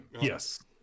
Yes